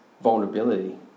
vulnerability